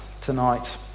tonight